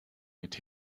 mit